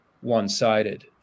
one-sided